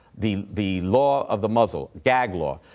the the law of the muzzle, gag law.